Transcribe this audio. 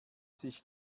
sich